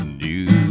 new